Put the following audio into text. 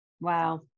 Wow